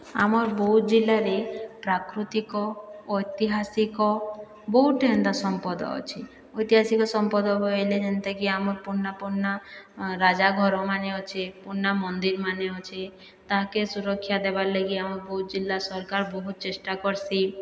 ଆମର୍ ବୌଦ୍ଧ ଜିଲ୍ଲାରେ ପ୍ରାକୃତିକ ଓ ଐତିହାସିକ ବହୁତ ଏଣ୍ଟା ସମ୍ପଦ ଅଛି ଐତିହାସିକ ସମ୍ପଦ କହିଲେ ଯେନ୍ତାକି ଆମର ପୁରୁନା ପୁରୁନା ରାଜା ଘର୍ମାନେ ଅଛେ ପୁରୁନା ମନ୍ଦିର୍ମାନେ ଅଛେ ତାହାକେ ସୁରକ୍ଷା ଦେବାର୍ ଲାଗି ଆମ ବୌଦ୍ଧ ଜିଲ୍ଲା ସରକାର ବହୁତ ଚେଷ୍ଟା କର୍ସି